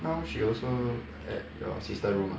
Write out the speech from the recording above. now she also at your sister room ah